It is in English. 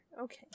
Okay